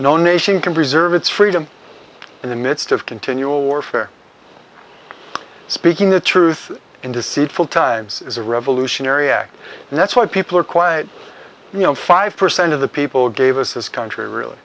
no nation can preserve its freedom in the midst of continual warfare speaking the truth and deceitful times is a revolutionary act and that's what people are quiet you know five percent of the people gave us this country really